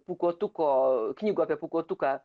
pūkuotuko knygų apie pūkuotuką